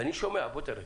ואני שומע בוא תראה,